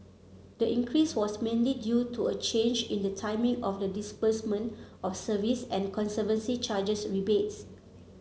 the increase was mainly due to a change in the timing of the disbursement of service and conservancy charges rebates